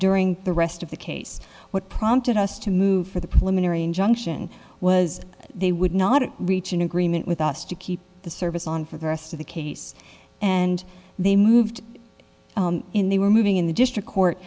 during the rest of the case what prompted us to move for the preliminary injunction was they would not reach an agreement with us to keep the service on for the rest of the case and they moved in they were moving in the district court